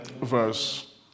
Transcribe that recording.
verse